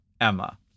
Emma